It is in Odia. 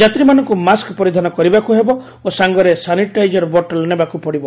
ଯାତ୍ରୀମାନଙ୍କୁ ମାସ୍କ୍ ପରିଧାନ କରିବାକୁ ହେବ ଓ ସାଙ୍ଗରେ ସାନିଟାଇଜର ବଟଲ୍ ନେବାକୁ ପଡ଼ିବ